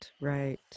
Right